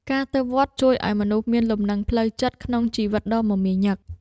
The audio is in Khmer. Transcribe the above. ការទៅវត្តជួយឱ្យមនុស្សមានលំនឹងផ្លូវចិត្ត ក្នុងជីវិតដ៏មមាញឹក។